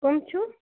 کٕم چھُو